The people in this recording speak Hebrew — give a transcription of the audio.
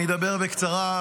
אני אדבר בקצרה.